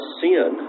sin